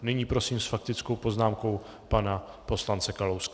Nyní prosím s faktickou poznámkou pana poslance Kalouska.